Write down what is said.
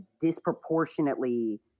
disproportionately